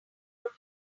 week